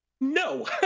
no